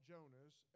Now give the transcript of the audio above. Jonas